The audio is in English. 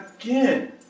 again